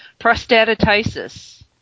Prostatitis